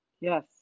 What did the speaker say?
yes